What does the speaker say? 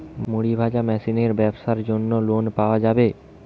মুড়ি ভাজা মেশিনের ব্যাবসার জন্য লোন পাওয়া যাবে?